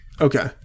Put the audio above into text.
Okay